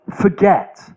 Forget